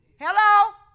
Hello